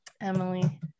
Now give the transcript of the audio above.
Emily